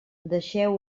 deixeu